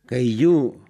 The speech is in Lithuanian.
kai jų